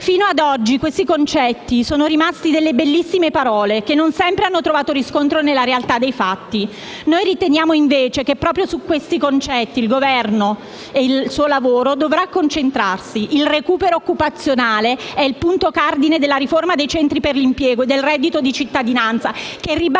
Fino ad oggi questi concetti sono rimasti delle bellissime parole che non sempre hanno trovato riscontro nella realtà dei fatti. Noi riteniamo invece che proprio su questi concetti il Governo e il suo lavoro dovranno concentrarsi. Il recupero occupazionale è il punto cardine della riforma dei centri per l'impiego e del reddito di cittadinanza, che - lo